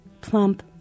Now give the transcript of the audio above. plump